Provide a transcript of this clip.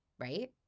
Right